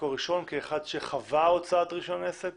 ממקור ראשון, כאחד שחווה הוצאת רישיון עסק